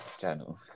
Channel